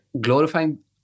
glorifying